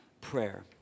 prayer